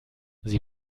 sie